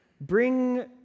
Bring